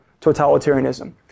totalitarianism